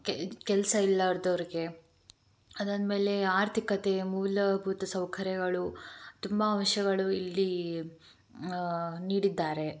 K ಕೆಲಸ ಇರಲಾರದವ್ರ್ಗೆ ಅದಾದ ಮೇಲೆ ಆರ್ಥಿಕತೆಯ ಮೂಲಭೂತ ಸೌಕರ್ಯಗಳು ತುಂಬ ವಿಷಯಗಳು ಇಲ್ಲಿ ನೀಡಿದ್ದಾರೆ